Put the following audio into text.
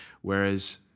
Whereas